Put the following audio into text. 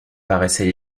paraissait